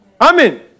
Amen